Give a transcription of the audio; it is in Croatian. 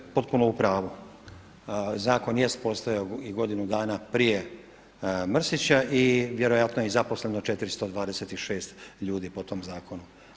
Vi ste potpuno u pravu, zakon jest postojao i godinu dana prije Mrsića i vjerojatno je i zaposleno 426 ljudi po tom zakonu.